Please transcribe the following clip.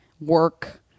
work